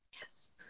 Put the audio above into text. Yes